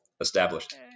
established